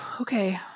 Okay